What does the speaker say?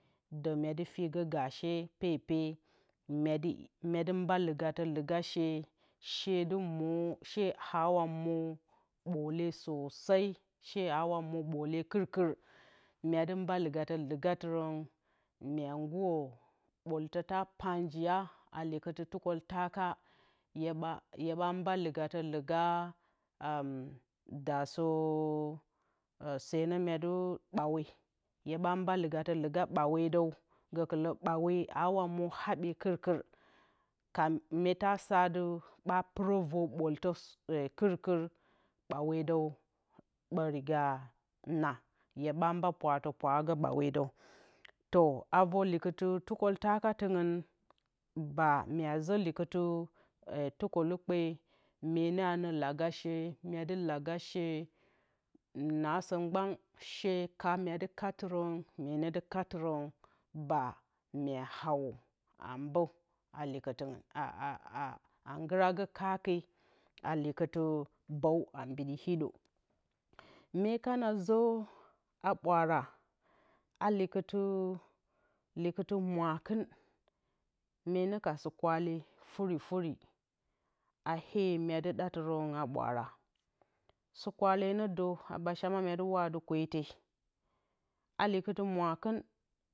Dǝ mye dǝ figǝ gashee pepe myedɨ mbalǝgatǝ lǝga shee shee don mǝ shee aawa mǝ ɓoole sǝse, shee aawa mǝ ɓoole kɨrkɨr mydɨ mba lǝgatǝ lǝgatǝrǝn mye ngurǝ ɓooltǝ taa pa njiya a lɨkɨtɨ tǝkǝltaka hyeɓa mba lǝgatǝ lǝgadaasǝ senǝ ɓawe hyeɓa mba lǝgatǝ lǝga ɓawe dǝ gǝkɨlǝ ɓawe aawa mǝ haɓye kɨrkɨr mye te sadɨ ɓa pɨrǝ vǝr ɓooltǝ kɨrkɨr ɓawedǝw ba riga naa hyeɓa pwaratǝ pwara ɓawedǝw to a vǝr likɨtɨ tukǝltaka tɨ ngɨn baa mye zǝ likɨtɨ tukǝlukpe myene anǝ laga shee naasǝ mgban fyet haa myedɨ kattɨrǝn baa mye hauwǝ a mbǝ a likɨttɨngɨn a ngɨragǝ kake a likɨtɨ bǝw ambiɗi hido mye kana zǝ a ɓwaara a likɨtɨ mwakɨn myene ka sɨkwale furi furi a ee myedɨ ɗatɨrǝn a ɓwaara sɨkwale nǝdǝ a ɓashama myedɨ waatɨ kwete a likɨtɨ mwakin